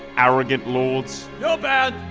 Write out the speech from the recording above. arrogant lords you're banned!